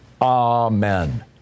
Amen